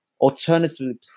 Alternatively